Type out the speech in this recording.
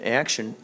action